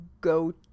go